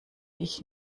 ich